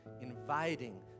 inviting